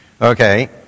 Okay